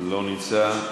לא נמצא,